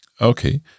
okay